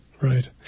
Right